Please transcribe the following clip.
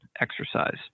exercise